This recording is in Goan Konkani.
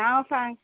नांव सांग